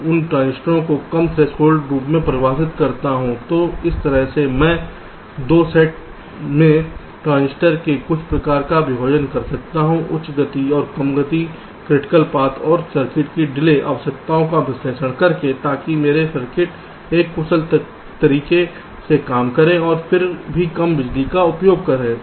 मैं उन ट्रांजिस्टर को कम थ्रेशोल्ड के रूप में परिभाषित करता हूं तो इस तरह से मैं 2 सेट में ट्रांजिस्टर के कुछ प्रकार का विभाजन कर सकता हूं उच्च गति और कम गति क्रिटिकल पथ और सर्किट की डिले आवश्यकताओं का विश्लेषण करके ताकि मेरा सर्किट एक कुशल तरीके से काम करे और फिर भी कम बिजली का उपभोग करे